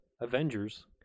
Avengers